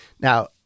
Now